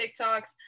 TikToks